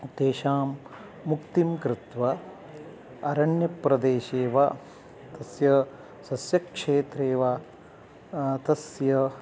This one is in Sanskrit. तेषां मुक्तिं कृत्वा अरण्यप्रदेशे वा तस्य सस्यक्षेत्रे वा तस्य